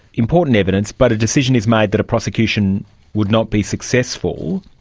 important evidence, but a decision is made that a prosecution would not be successful,